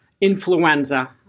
influenza